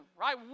right